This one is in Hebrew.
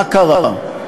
מה קרה?